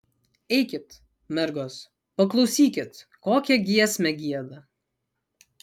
eikit mergos paklausykit kokią giesmę gieda